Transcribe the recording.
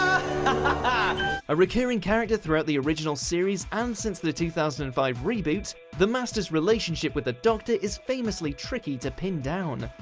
ah a recurring character throughout the original series and since the two thousand and five reboot, the master's relationship with the doctor is famously tricky to pin down.